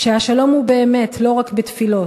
שהשלום הוא באמת, לא רק בתפילות.